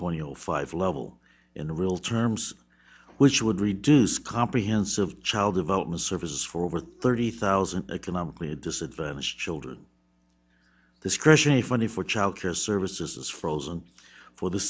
twenty five level in real terms which would reduce comprehensive child development services for over thirty thousand economically disadvantaged children discretionary funding for child care services is frozen for the